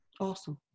awesome